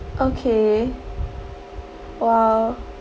okay !wow!